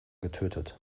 getötet